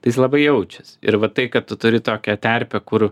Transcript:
tai jis labai jaučiasi ir va tai kad tu turi tokią terpę kur